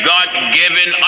God-given